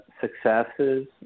successes